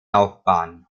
laufbahn